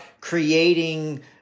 creating